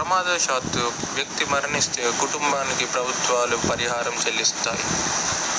ప్రమాదవశాత్తు వ్యక్తి మరణిస్తే కుటుంబానికి ప్రభుత్వాలు పరిహారం చెల్లిస్తాయి